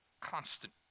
constant